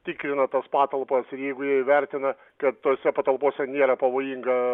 tikrina tas patalpas ir jeigu jie įvertina kad tose patalpose nėra pavojinga